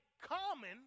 common